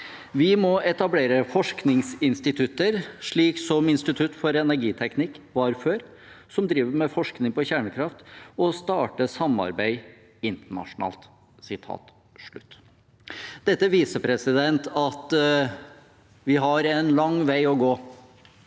Vi må etablere forskningsinstitutter, slik som IFE var før, som driver med forskning på kjernekraft, og starte samarbeid internasjonalt.» Dette viser at vi har en lang vei å gå